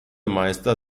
meister